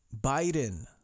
Biden